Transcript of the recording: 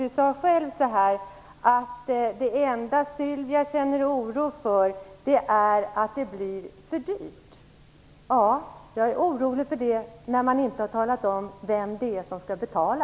Han sade själv att det enda Sylvia Lindgren känner oro för är att det blir för dyrt. Ja, jag är orolig för det, eftersom man inte har talat om vem som skall betala.